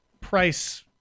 price